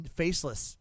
faceless